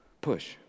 Push